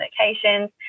locations